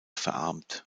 verarmt